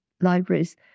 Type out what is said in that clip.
libraries